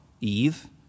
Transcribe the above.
Eve